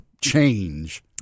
change